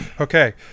Okay